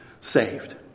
saved